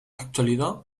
actualidad